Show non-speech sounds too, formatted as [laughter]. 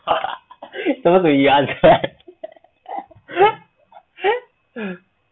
[laughs] I don't want to [laughs]